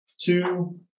two